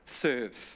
serves